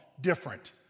different